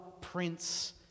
prince